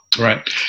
Right